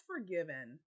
forgiven